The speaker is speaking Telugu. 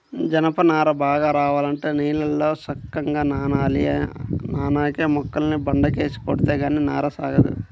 జనప నార బాగా రావాలంటే నీళ్ళల్లో సక్కంగా నానాలి, నానేక మొక్కల్ని బండకేసి కొడితే గానీ నార సాగదు